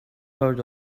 heard